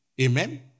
Amen